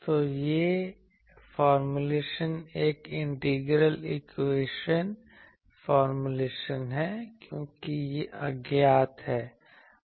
तो यह फॉर्मूलेशन एक इंटीग्रल इक्वेशन फॉर्मूलेशन है क्योंकि यह अज्ञात है